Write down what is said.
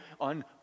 on